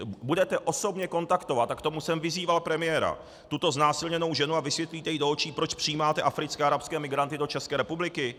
Budete osobně kontaktovat a k tomu jsem vyzýval premiéra tuto znásilněnou ženu a vysvětlíte jí do očí, proč přijímáte africké a arabské migranty do České republiky?